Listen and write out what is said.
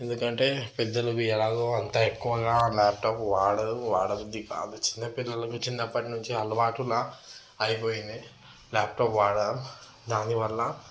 ఎందుకంటే పెద్దలవి ఎలాగో అంత ఎక్కువగా లాప్టాప్ వాడరు వాడ బుద్ధి కాదు చిన్న పిల్లలకి చిన్నప్పటి నుంచి అలవాటులా అయిపోయింది లాప్టాప్ వాడటం దానివల్ల